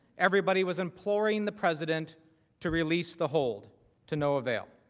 everybody was imploring the president to release the hold to no avail.